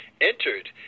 entered